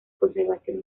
conservación